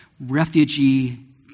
Refugee